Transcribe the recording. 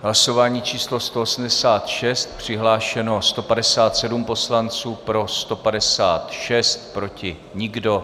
Hlasování číslo 186, přihlášeno 157 poslanců, pro 156, proti nikdo.